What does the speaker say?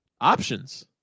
Options